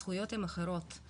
הזכויות הן אחרות.